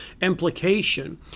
implication